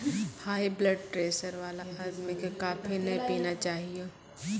high blood pressure वाला आदमी कॅ कॉफी नय पीना चाहियो